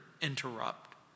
interrupt